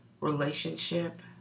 relationship